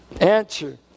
Answer